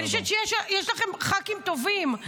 אני חושבת שיש לכם ח"כים טובים.